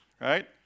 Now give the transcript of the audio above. right